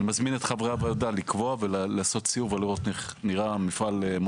אני מזמין את חברי הוועדה לקבוע ולעשות סיור ולראות איך נראה המפעל.